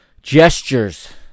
Gestures